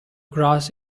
grass